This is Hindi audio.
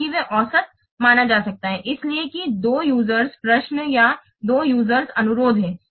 ताकि वे औसत माना जा सकता है इसलिए कि 2 यूजरस प्रश्न या 2 यूजरस अनुरोध हैं